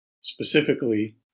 specifically